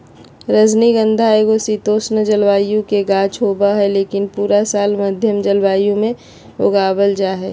रजनीगंधा एगो शीतोष्ण जलवायु के गाछ होबा हय, लेकिन पूरा साल मध्यम जलवायु मे उगावल जा हय